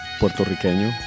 puertorriqueño